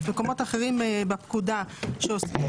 דברים אחרים בפקודה שעוסקים